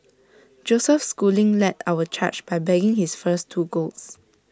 Joseph schooling led our charge by bagging his first two golds